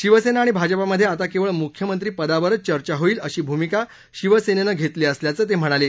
शिवसेना आणि भाजपामधे आता केवळ मुख्यमंत्रीपदावरच चर्चा होईल अशी भूमिका शिवसेनेनं घेतली असल्याचं ते म्हणाले